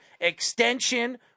extension